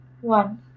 one